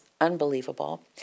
unbelievable